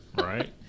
right